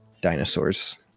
dinosaurs